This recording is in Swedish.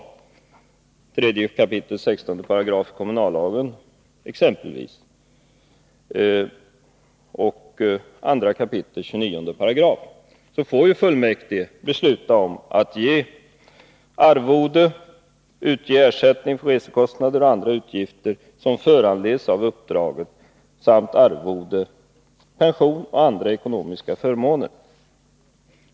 I 3 kap. 16 § och 2 kap. 29 § kommunallagen stadgas att fullmäktige får besluta om att utge ”ersättning för resekostnader och andra utgifter som föranledes av uppdraget samt arvode, pension och andra ekonomiska förmåner”.